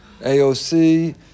AOC